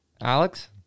Alex